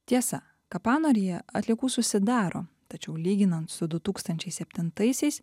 tiesa kapanoryje atliekų susidaro tačiau lyginant su du tūkstančiai septintaisiais